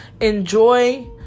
enjoy